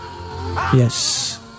Yes